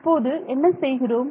இப்போது என்ன செய்கிறோம்